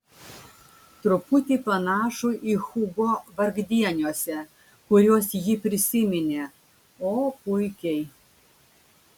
truputį panašų į hugo vargdieniuose kuriuos ji prisiminė o puikiai